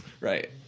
Right